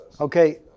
Okay